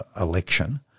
election